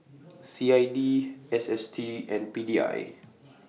C I D S S T and P D I